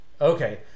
Okay